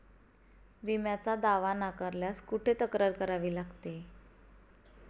विम्याचा दावा नाकारल्यास कुठे तक्रार करावी लागते?